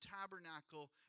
tabernacle